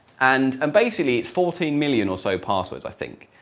and and basically it's fourteen million or so passwords i think,